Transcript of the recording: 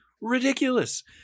ridiculous